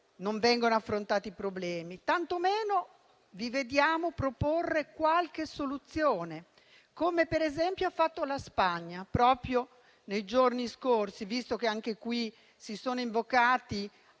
non vengono affrontati i problemi, ma tantomeno vi vediamo proporre qualche soluzione, come per esempio ha fatto la Spagna proprio nei giorni scorsi. Visto che sono state invocate